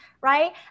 right